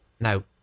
Now